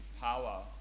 power